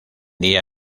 día